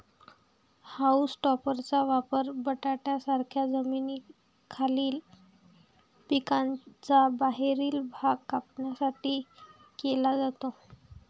haulm टॉपरचा वापर बटाट्यांसारख्या जमिनीखालील पिकांचा बाहेरील भाग कापण्यासाठी केला जातो